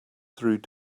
through